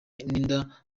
inda